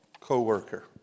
co-worker